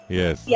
yes